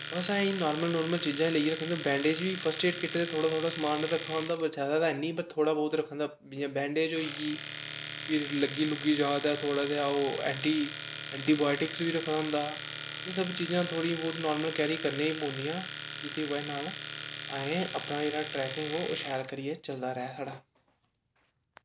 बस असें इ'यै normal normal चीजां लेइयै रक्खी दियां होंदियां बैंडेज़ बी फस्ट ऐड किट दा थोह्ड़ा थोह्ड़ा समान रक्खे दा होंदा पर जादा ते हैनी पर थोह्ड़ा बोह्त रक्खे दे होंदा जियां बैंडेज होई गेई फिर लग्गी लुग्गी जा ते थोह्ड़ा जेहा ओह् ऐंटी ऐंटीबायोटिक्स बी रक्खे दा होंदा एह् सब चीजां थ्होड़ियां बोह्त नार्मल कैरी करनियां गै पौदियां जेह्दी बजह् नाल अपना असें जेह्ड़ा ट्रैकिंग ओह् शैल करियै चलदा रेह् साढ़ा